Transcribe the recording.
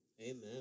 Amen